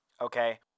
Okay